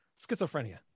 schizophrenia